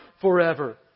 forever